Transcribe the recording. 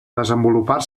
desenvolupar